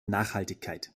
nachhaltigkeit